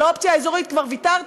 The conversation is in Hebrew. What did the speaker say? על האופציה האזורית כבר ויתרתם,